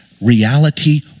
reality